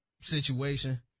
situation